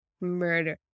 Murder